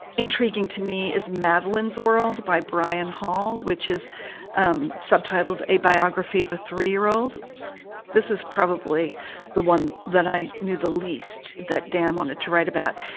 intriguing to me is madeleines world by brian hall, which is um subtitled a biography of a three year old this is probably the one that i knew the least that dan wanted to write about.